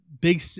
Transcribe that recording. big